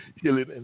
healing